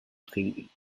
trinken